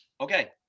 Okay